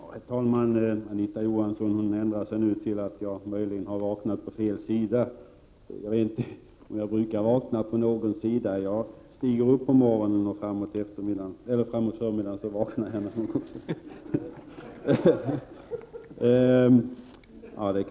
Herr talman! Anita Johansson ändrar sig nu till att jag möjligen har vaknat på fel sida. Jag vet inte om jag brukar vakna på någon sida. Jag stiger upp på morgonen och framåt förmiddagen så vaknar jag.